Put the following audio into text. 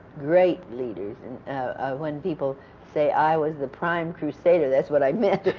great leaders. and when people say i was the prime crusader, that's what i meant,